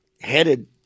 headed